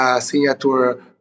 signature